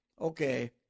okay